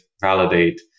validate